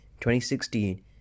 2016